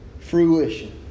fruition